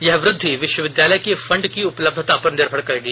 यह वृद्धि विश्वविद्यालय के फंड की उपलब्धता पर निर्भर करेगी